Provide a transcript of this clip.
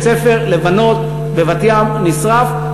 בית-ספר לבנות בבת-ים נשרף,